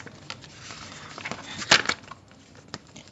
err for me my wait my top four now